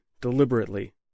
deliberately